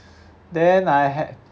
then I had